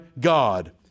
God